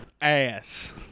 ass